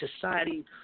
society